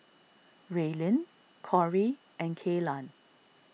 Raelynn Cori and Kaylan